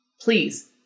Please